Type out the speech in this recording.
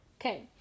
Okay